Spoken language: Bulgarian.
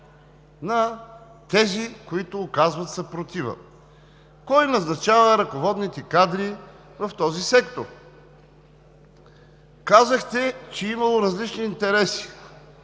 на тези, които оказват съпротива, кой назначава ръководните кадри в този сектор? Казахте, че имало различни интереси.